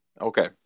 Okay